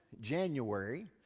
January